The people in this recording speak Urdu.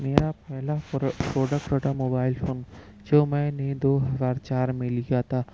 میرا پہلا پرو پروڈکٹ چھوٹا موبائل فون جو میں نے دو ہزار چار میں لیا تھا